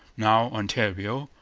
now ontario,